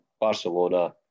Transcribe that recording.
Barcelona